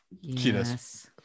yes